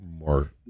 more